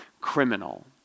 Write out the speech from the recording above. criminal